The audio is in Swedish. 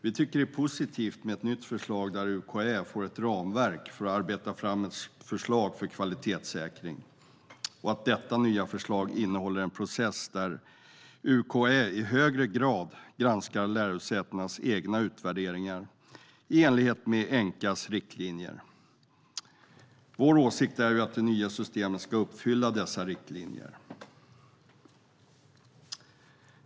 Vi tycker att det är positivt med ett nytt förslag där UKÄ får ett ramverk för att arbeta fram ett förslag för kvalitetssäkring och att detta nya förslag innehåller en process där UKÄ i högre grad granskar lärosätenas egna utvärderingar i enlighet med ENQA:s riktlinjer. Vår åsikt är att det nya systemet ska uppfylla dessa riktlinjer.